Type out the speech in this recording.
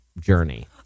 journey